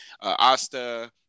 Asta